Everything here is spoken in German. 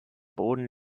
boden